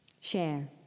share